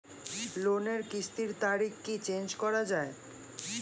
লোনের কিস্তির তারিখ কি চেঞ্জ করা যায়?